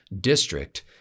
district